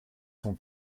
son